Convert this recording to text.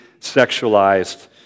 sexualized